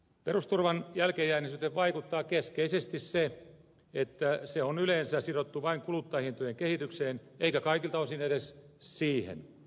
perusturvan jälkeenjääneisyyteen vaikuttaa keskeisesti se että se on yleensä sidottu vain kuluttajahintojen kehitykseen eikä kaikilta osin edes siihen